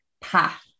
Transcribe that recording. path